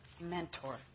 mentor